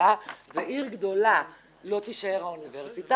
אוניברסיטה ובעיר גדולה לא תישאר האוניברסיטה,